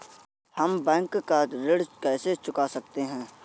हम बैंक का ऋण कैसे चुका सकते हैं?